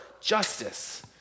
justice